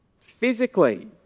physically